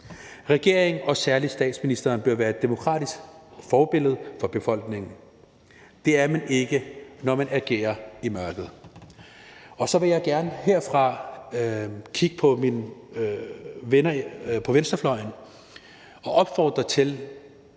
Regeringen og særlig statsministeren vil være et demokratisk forbillede for befolkningen, men det er man ikke, når man agerer i mørket. Så vil jeg gerne herfra kigge på mine venner på venstrefløjen og opfordre til,